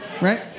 Right